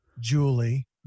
julie